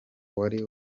wari